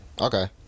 Okay